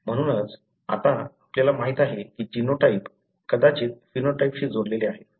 म्हणूनच आता आपल्याला माहित आहे की जीनोटाइप कदाचित फेनोटाइपशी जोडलेले आहे